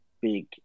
big